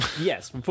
Yes